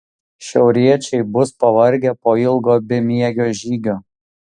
šiauriečiai bus pavargę po ilgo bemiegio žygio